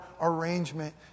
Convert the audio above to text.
arrangement